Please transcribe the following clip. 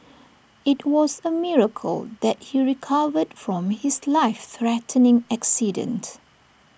IT was A miracle that he recovered from his life threatening accident